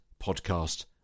podcast